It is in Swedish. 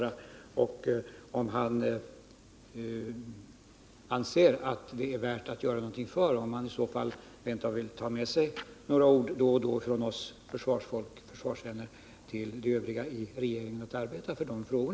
Anser statsrådet att det är värt att göra något för detta, och är han i så fall rent av beredd att ta med några ord från oss försvarsvänner till dem som i regeringen arbetar med dessa frågor?